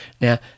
Now